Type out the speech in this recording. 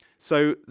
so,